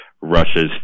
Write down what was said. Russia's